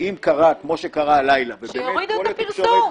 שאם קרה כמו שקרה הלילה- - שיורידו את הפרסום.